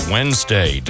Wednesday